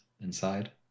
inside